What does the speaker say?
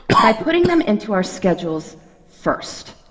by putting them into our schedules first.